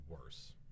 worse